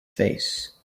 face